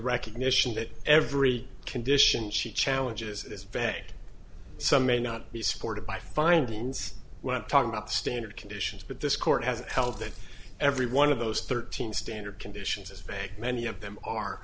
recognition that every condition she challenges this bank some may not be supported by findings when talking about standard conditions but this court has held that every one of those thirteen standard conditions is back many of them are